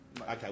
Okay